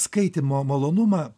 skaitymo malonumą